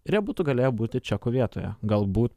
ir jie būtų galėję būti čekų vietoje galbūt